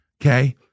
okay